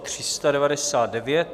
399.